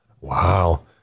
Wow